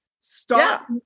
Stop